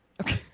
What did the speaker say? Okay